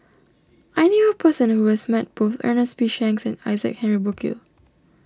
I knew a person who has met both Ernest P Shanks and Isaac Henry Burkill